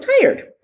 tired